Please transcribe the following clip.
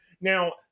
now